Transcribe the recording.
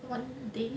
one day